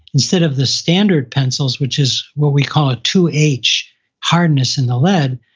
instead of the standard pencils which is what we call a two h hardness in the lead,